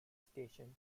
station